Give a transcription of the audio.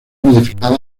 modificadas